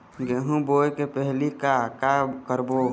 गेहूं बोए के पहेली का का करबो?